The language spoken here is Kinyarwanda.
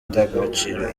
ndangagaciro